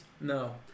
no